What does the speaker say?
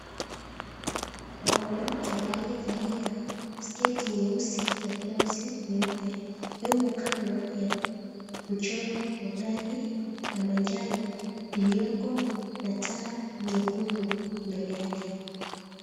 Mwanamke aliyevalia sketi nyeusi na blauzi nyeupe yumo kando ya mchoro wa gari la manjano iliyoko na taa nyekundu mbele yake